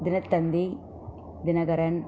Dinathanthi Dinakaran